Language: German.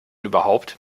überhaupt